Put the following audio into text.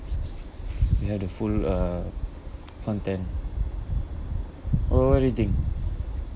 we have the full uh content what what do you think